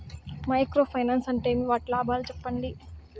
Micro finance అంటే ఏమి? వాటి లాభాలు సెప్పండి?